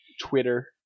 Twitter